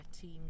team